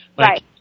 Right